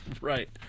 Right